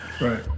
right